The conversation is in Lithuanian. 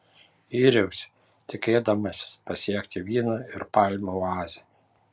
yriausi tikėdamasis pasiekti vyno ir palmių oazę